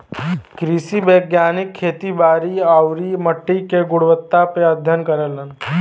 कृषि वैज्ञानिक खेती बारी आउरी मट्टी के गुणवत्ता पे अध्ययन करलन